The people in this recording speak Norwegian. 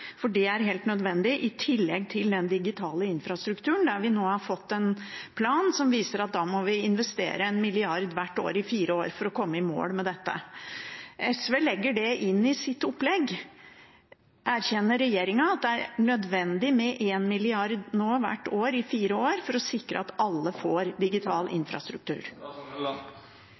for det er helt nødvendig, i tillegg til den digitale infrastrukturen, der vi nå har fått en plan som viser at vi må investere 1 mrd. kr hvert år i fire år for å komme i mål med dette. SV legger det inn i sitt opplegg. Erkjenner regjeringen at det er nødvendig med 1 mrd. kr hvert år i fire år for å sikre at alle får digital infrastruktur?